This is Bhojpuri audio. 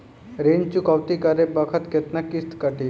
ऋण चुकौती करे बखत केतना किस्त कटी?